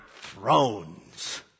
thrones